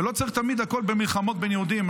ולא צריך תמיד הכול במלחמות בין יהודים.